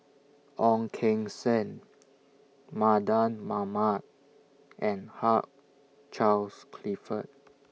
Ong Keng Sen Mardan Mamat and Hugh Charles Clifford